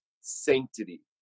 sanctity